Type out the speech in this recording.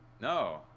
No